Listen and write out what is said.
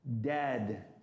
Dead